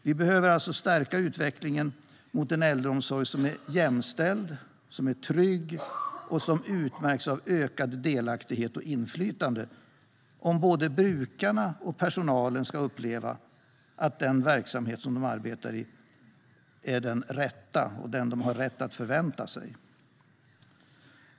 Vi behöver stärka utvecklingen mot en äldreomsorg som är jämställd och trygg och utmärks av ökad delaktighet och ökat inflytande om både brukarna och personalen ska uppleva att verksamheten är den rätta och den de har rätt att förvänta sig.